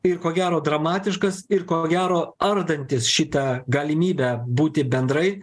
ir ko gero dramatiškas ir ko gero ardantis šitą galimybę būti bendrai